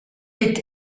est